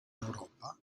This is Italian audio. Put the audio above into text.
europa